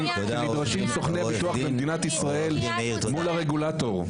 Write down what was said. שנדרשים סוכני ביטוח במדינת ישראל מול הרגולטור.